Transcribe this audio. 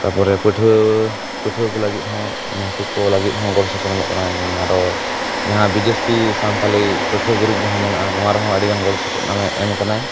ᱛᱟᱯᱚᱨᱮ ᱯᱟᱹᱴᱷᱩᱭᱟᱹ ᱯᱟᱹᱴᱷᱩᱭᱟᱹ ᱠᱚ ᱞᱟᱹᱜᱤᱫ ᱦᱚᱸ ᱱᱩᱠᱩ ᱠᱚ ᱞᱟᱹᱜᱤᱫ ᱦᱚᱸ ᱜᱚᱲᱚ ᱥᱚᱯᱚᱦᱚᱫ ᱮᱢᱚᱜ ᱠᱟᱱᱟᱭ ᱟᱨᱚ ᱡᱟᱦᱟᱸ ᱵᱤ ᱡᱮᱥ ᱯᱤ ᱥᱟᱱᱛᱟᱲᱤ ᱯᱟᱹᱴᱷᱩᱣᱟᱹ ᱜᱩᱨᱩᱯ ᱡᱟᱦᱟᱸ ᱢᱮᱱᱟᱜᱼᱟ ᱱᱚᱣᱟ ᱨᱮᱦᱚᱸ ᱟᱹᱰᱤ ᱜᱟᱱ ᱜᱚᱲᱚ ᱥᱚᱯᱚᱦᱚᱫ ᱮᱢ ᱟᱠᱟᱱᱟᱭ